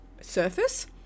surface